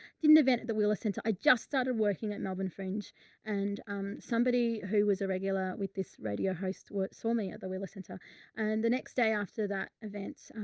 did and event at the wheeler center i just started working at melbourne fringe and, um, somebody who was a regular with this radio host saw me at the wheeler center and the next day after that events, um,